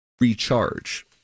Recharge